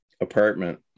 apartment